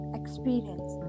experience